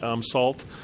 salt